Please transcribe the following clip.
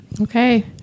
Okay